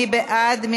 מי בעד?